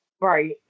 Right